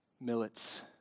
Millet's